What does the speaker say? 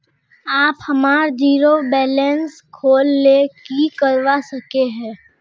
आप हमार zero balance खोल ले की करवा सके है?